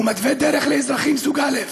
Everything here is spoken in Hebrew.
הוא מתווה דרך לאזרחים סוג א',